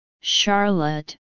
Charlotte